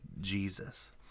Jesus